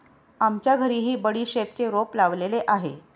आमच्या घरीही बडीशेपचे रोप लावलेले आहे